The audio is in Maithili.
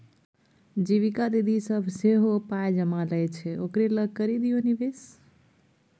जीविका दीदी सभ सेहो पाय जमा लै छै ओकरे लग करि दियौ निवेश